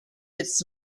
its